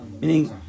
meaning